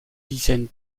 dizaines